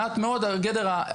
מעט מאוד עד אפסי.